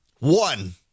One